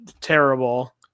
terrible